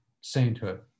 sainthood